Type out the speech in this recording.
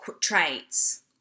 traits